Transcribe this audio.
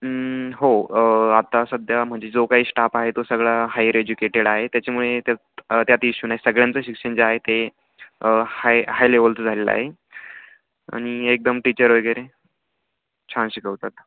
हो आता सध्या म्हणजे जो काही स्टाफ आहे तो सगळा हायर एज्युकेटेड आहे त्याच्यामुळे त्या त्यात इश्यू नाही सगळ्यांचं शिक्षण जे आहे ते हाय हाय लेवलचं झालेलं आहे आणि एकदम टीचर वगैरे छान शिकवतात